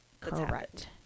Correct